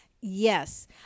Yes